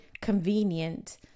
convenient